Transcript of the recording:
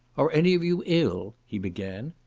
are any of you ill? he began.